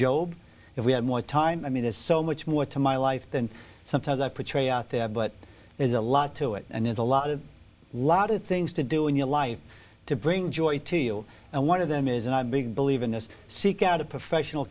job if we had more time i mean there's so much more to my life than sometimes i have but there's a lot to it and there's a lot a lot of things to do in your life to bring joy to you and one of them is and i'm a big believe in this seek out a professional